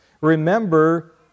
remember